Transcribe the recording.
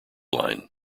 line